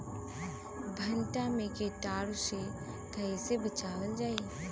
भनटा मे कीटाणु से कईसे बचावल जाई?